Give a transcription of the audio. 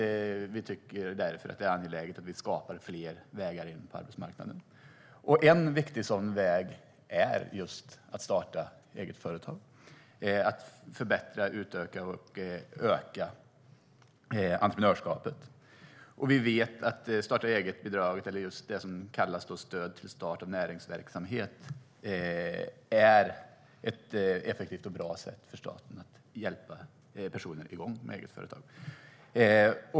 Vi tycker därför att det är angeläget att vi skapar fler vägar in på arbetsmarknaden. En sådan viktig väg är just att starta eget företag. Det handlar om att förbättra möjligheterna att öka entreprenörskapet. Vi vet att starta-eget-bidraget, som kallas stöd till start av näringsverksamhet, är ett effektivt och bra sätt för staten att hjälpa personer igång med eget företag.